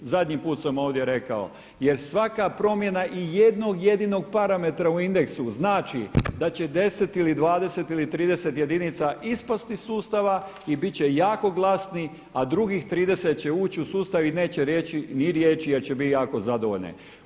Zadnji put sam ovdje rekao, jer svaka promjena i jednog jedinog parametra u indeksu znači da će 10 ili 20 ili 30 jedinica ispast iz sustava i bit će jako glasni, a drugih 30 će ući u sustav i neće reći ni riječi jer će bit jako zadovoljne.